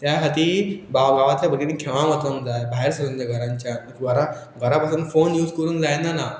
त्या खातीर गांवाच्या बुरीतीन खेळांक वचूंक जाय भायर सरोंक जाय घरांच्यान घरा घरा पासून फोन यूज करूंक जायना ना